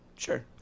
Sure